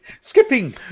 Skipping